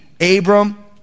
Abram